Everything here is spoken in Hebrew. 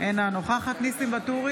שרן מרים השכל, אינה נוכחת ניסים ואטורי,